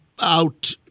out